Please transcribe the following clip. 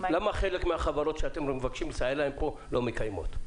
למה חלק מן החברות שאתם מבקשים לסייע להן כאן לא מקיימות?